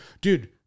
dude